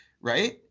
right